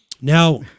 Now